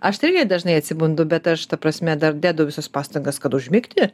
aš tai irgi dažnai atsibundu bet aš ta prasme dar dedu visas pastangas kad užmigti